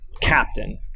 Captain